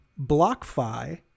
Blockfi